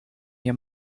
your